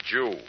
Jew